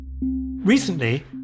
Recently